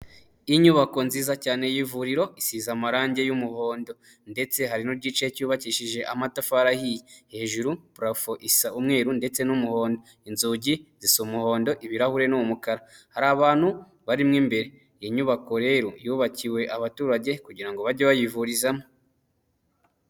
Inyubako nziza cyane y'ivuriro isize amarange y'umuhondo ndetse hari n'igice cyubakishije amatafari ahiye, hejuru purafo isa umweru ndetse n'umuhondo, inzugi zisa umuhondo ibirahure ni umukara, hari abantu barimo imbere. Iyi nyubako rero yubakiwe abaturage kugira ngo bajye bayivurizamo.